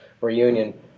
reunion